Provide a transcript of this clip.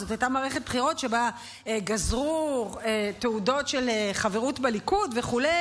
זאת הייתה מערכת בחירות שבה גזרו תעודות של חברות בליכוד וכו'